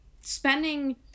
spending